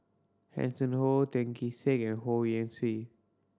Hanson Ho Tan Kee Sek and Ho Yuen